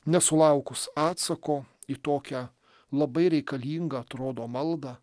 nesulaukus atsako į tokią labai reikalingą atrodo maldą